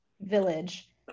village